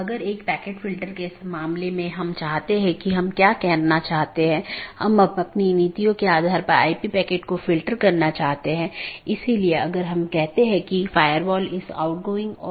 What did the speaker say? इसलिए EBGP साथियों के मामले में जब हमने कुछ स्लाइड पहले चर्चा की थी कि यह आम तौर पर एक सीधे जुड़े नेटवर्क को साझा करता है